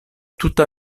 tuta